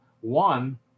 one